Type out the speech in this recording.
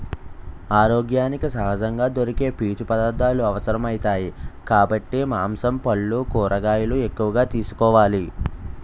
ఆరోగ్యానికి సహజంగా దొరికే పీచు పదార్థాలు అవసరమౌతాయి కాబట్టి మాంసం, పల్లు, కూరగాయలు ఎక్కువగా తీసుకోవాలి